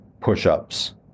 push-ups